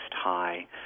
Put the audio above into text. high